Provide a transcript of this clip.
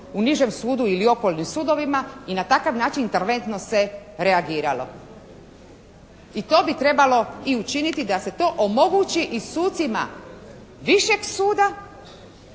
u nižem sudu ili okolnim sudovima i na takav način interventno se reagiralo. I to bi trebalo i učiniti da se to omogući i sucima višeg suda,